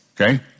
okay